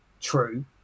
true